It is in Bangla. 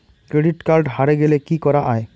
ক্রেডিট কার্ড হারে গেলে কি করা য়ায়?